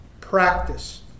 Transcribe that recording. practice